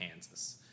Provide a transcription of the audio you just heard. Kansas